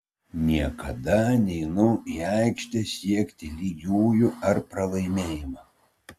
niekada neinu į aikštę siekti lygiųjų ar pralaimėjimo